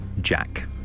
Jack